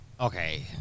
Okay